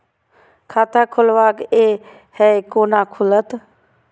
खाता खोलवाक यै है कोना खुलत?